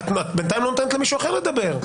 בינתיים את לא נותנת למישהו אחר לדבר.